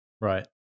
Right